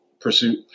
pursuit